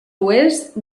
oest